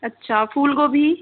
अच्छा फूल गोभी